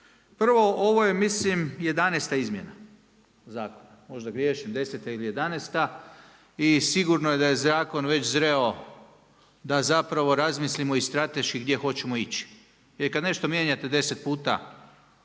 Prvo ovo je mislim 11 izmjena zakona, možda griješim 10 ili 11 i sigurno da je zakon već zreo da zapravo razmislimo i strateški gdje hoćemo ići. Jer kad nešto mijenjate 10 puta